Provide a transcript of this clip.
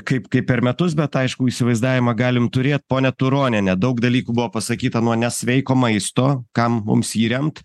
kaip kaip per metus bet aiškų įsivaizdavimą galim turėt ponia turoniene daug dalykų buvo pasakyta nuo nesveiko maisto kam mums jį remt